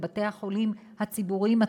לבתי-החולים הציבוריים,